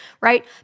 right